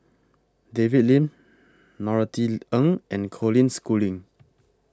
David Lim Norothy Ng and Colin Schooling